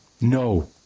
No